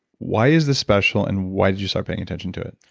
why is this special, and why did you start paying attention to it?